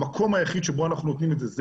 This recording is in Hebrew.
המקום היחיד שבו אנחנו נותנים את זה זה